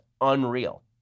unreal